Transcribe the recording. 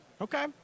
okay